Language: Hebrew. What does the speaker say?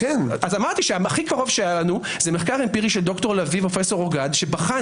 הכי קרוב שהיה לנו זה מחקר אמפירי של ד"ר לביא ופרופ' אורגד שבחן